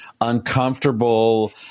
uncomfortable